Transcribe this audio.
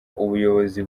ubuyobozi